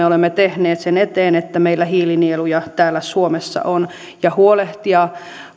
olemme tehneet sen eteen että meillä hiilinieluja täällä suomessa on ja huolehtia